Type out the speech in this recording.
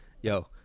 Yo